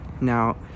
Now